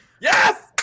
Yes